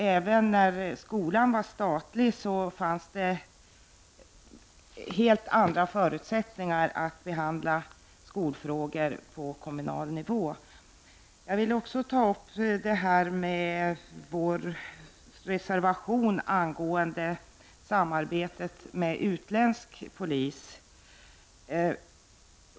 Även när skolan var statlig fanns det helt andra förutsättningar att behandla skolfrågor på kommunal nivå. Jag vill vidare ta upp vår reservation angående samarbetet med utländsk polis.